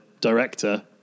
director